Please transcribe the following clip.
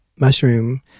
mushroom